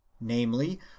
namely